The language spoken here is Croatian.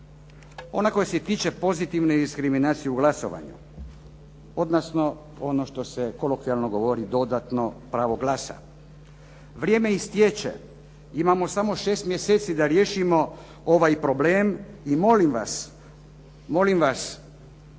ona koja se tiče pozitivne diskriminacije u glasovanju, odnosno ono što se kolokvijalno govori dodatno pravo glasa. Vrijeme istječe, imamo samo šest mjeseci da riješimo ovaj problem. I molim vas, molim vas